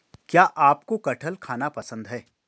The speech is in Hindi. क्या आपको कठहल खाना पसंद है?